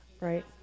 right